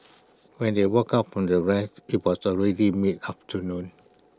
when they woke up from their rest IT was already mid afternoon